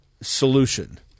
solution